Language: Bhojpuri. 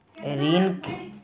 ऋण के वापसी में समय लगते बाटे